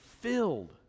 filled